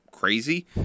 crazy